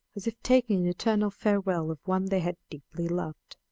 as if taking an eternal farewell of one they had deeply loved.